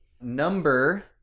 Number